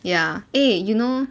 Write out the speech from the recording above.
ya eh you know